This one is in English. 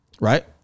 Right